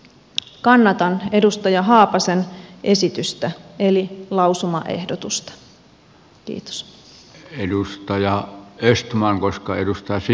kannatan edustaja haapasen esitystä eli lausumaehdotusta